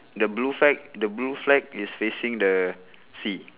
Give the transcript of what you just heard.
the blue flag the blue flag is facing the sea